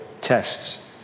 tests